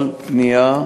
כל פנייה,